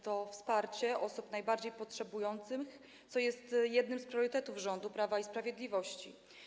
To wsparcie osób najbardziej potrzebujących, co jest jednym z priorytetów rządu Prawa i Sprawiedliwości.